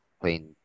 plain